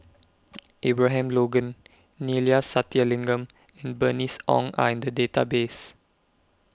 Abraham Logan Neila Sathyalingam and Bernice Ong Are in The Database